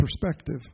perspective